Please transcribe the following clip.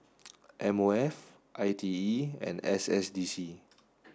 M O F I T E and S S D C